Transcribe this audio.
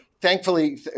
Thankfully